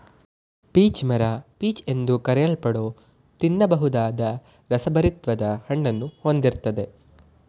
peach ಮರ peach ಎಂದು ಕರೆಯಲ್ಪಡೋ ತಿನ್ನಬಹುದಾದ ರಸಭರಿತ್ವಾದ ಹಣ್ಣನ್ನು ಹೊಂದಿರ್ತದೆ